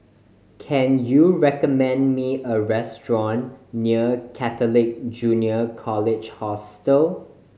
can you recommend me a restaurant near Catholic Junior College Hostel